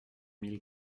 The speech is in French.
mille